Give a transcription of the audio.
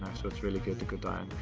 so its really good to go down,